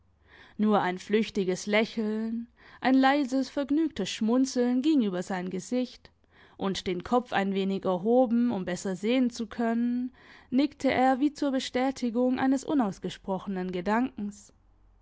nur ein flüchtiges lächeln ein leises vergnügtes schmunzeln ging über sein gesicht und den kopf ein wenig erhoben um besser sehen zu können nickte er wie zur bestätigung eines unausgesprochenen gedankens